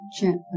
Gently